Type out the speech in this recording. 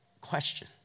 question